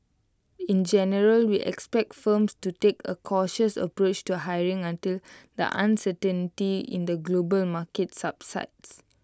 in general we expect firms to take A cautious approach to hiring until the uncertainty in the global market subsides